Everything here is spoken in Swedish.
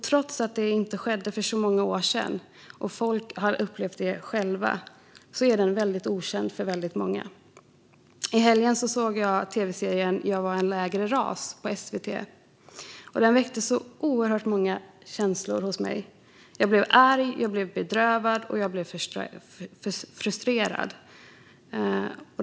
Trots att det skedde för inte så många år sedan och att folk har upplevt det själva är den okänd för många. I helgen såg jag tv-serien Jag var en lägre ras på SVT. Den väckte oerhört många känslor hos mig. Jag blev arg, bedrövad och frustrerad.